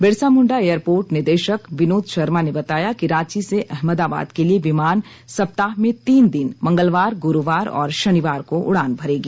Birsa Munda airport निदेशक विनोद शर्मा ने बताया कि रांची से अहमदाबाद के लिये विमान सप्ताह में तीन दिन मंगलवार गुरुवार और शनिवार को उड़ान भरेगी